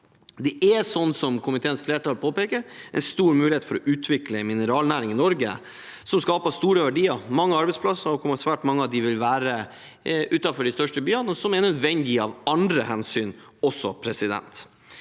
Det er som komiteens flertall påpeker, en stor mulighet for å utvikle en mineralnæring i Norge som skaper store verdier, mange arbeidsplasser. Svært mange av dem vil være utenfor de største byene, noe som også er nødvendig av andre hensyn. Det er engang